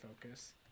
focus